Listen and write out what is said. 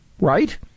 right